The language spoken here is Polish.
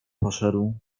poszedł